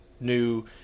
new